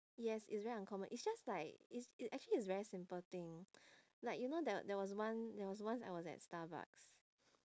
yes it's very uncommon it's just like it's it actually it's very simple thing like you know there there was one there was once I was at starbucks